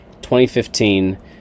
2015